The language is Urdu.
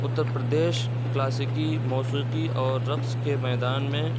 اترپردیش کلاسیکی موسیقی اور رقص کے میدان میں